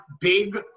big